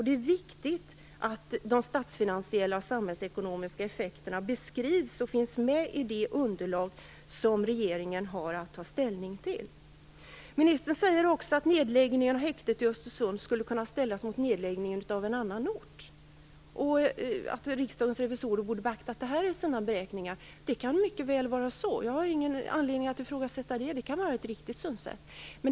Det är viktigt att de statsfinansiella och samhällsekonomiska effekterna beskrivs och finns med i det underlag som regeringen har att ta ställning till. Ministern säger att nedläggningen av häktet i Östersund skulle kunna ställas mot en nedläggning på en annan ort och att Riksdagens revisorer borde ha beaktat det i sina beräkningar. Det kan mycket väl vara så. Jag har ingen anledning att ifrågasätta det. Det kan vara ett riktigt synsätt.